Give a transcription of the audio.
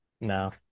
no